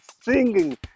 singing